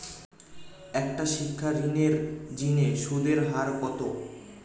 একটা শিক্ষা ঋণের জিনে সুদের হার কত?